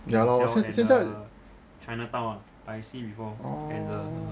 现在